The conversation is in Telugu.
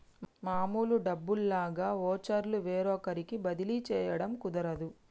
మామూలు డబ్బుల్లాగా వోచర్లు వేరొకరికి బదిలీ చేయడం కుదరదు